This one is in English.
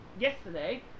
yesterday